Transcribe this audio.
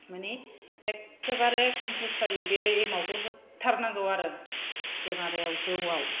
मानि एखेबारि खमफालसारि बे एमावखौ होथारनांगौ आरो बे माबायाव जौआव